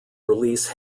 release